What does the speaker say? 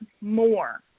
more